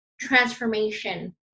transformation